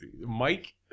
Mike